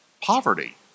poverty